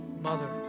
mother